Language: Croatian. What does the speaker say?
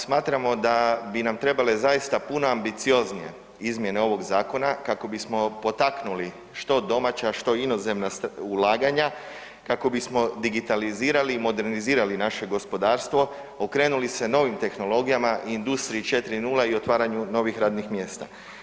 Smatram, smatramo da bi nam trebale zaista puno ambicioznije izmjene ovog zakona kako bismo potaknuli što domaća, što inozemna ulaganja, kako bismo digitalizirali i modernizirali naše gospodarstvo, okrenuli se novim tehnologijama i industriji 4.0 i otvaranju novih radnih mjesta.